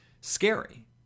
scary